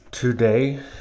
Today